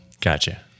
Gotcha